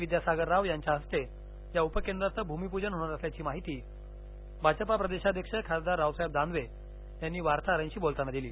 विद्यासागर राव यांच्या हस्ते या उपकेंद्राचं भूमिपूजन होणार असल्याची माहिती भाजपा प्रदेशाध्यक्ष खासदार रावसाहेब दानवे यांनी वार्ताहरांशी बोलताना दिली